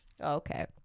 Okay